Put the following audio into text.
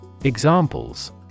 Examples